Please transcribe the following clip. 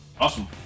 Awesome